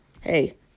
hey